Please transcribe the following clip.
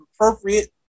appropriate